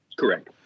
Correct